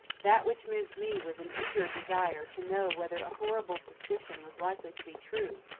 that which moved me was an eager desire to know whether a horrible suspicion was likely to be true,